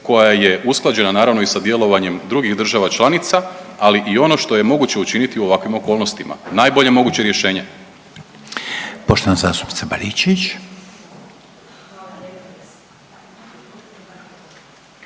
koja je usklađena naravno i sa djelovanjem drugih država članica, ali i ono što je moguće učiniti u ovakvim okolnostima, najbolje moguće rješenje.